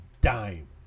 dime